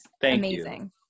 amazing